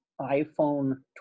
iPhone